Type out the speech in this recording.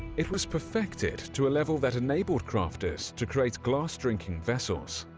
it was perfected to a level that enabled crafters to create glass drinking vessels.